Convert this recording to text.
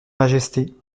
majesté